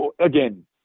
Again